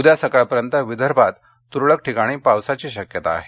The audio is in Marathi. उद्या सकाळपर्यंत विदर्भांत तुरळक ठिकाणी पावसाची शक्यता आहे